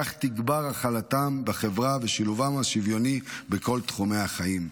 כך יגברו הכלתם בחברה ושילובם השוויוני בכל תחומי החיים.